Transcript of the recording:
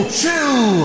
chill